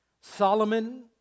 Solomon